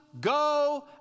go